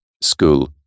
school